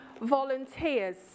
volunteers